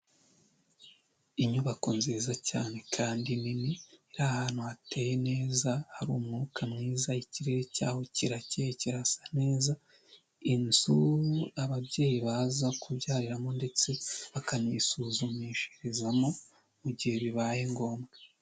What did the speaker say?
Inyubako nziza cyane kandi nini iri ahantu hateye neza hari umwuka mwiza, ikirere cyaho kiracya kirasa neza, inzu ababyeyi baza kubyariramo ndetse bakanisuzumishirizamo mu gihe bibaye ngombwa.